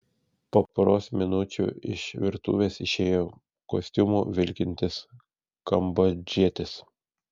po poros minučių iš virtuvės išėjo kostiumu vilkintis kambodžietis